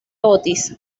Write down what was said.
otis